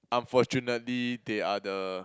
unfortunately they are the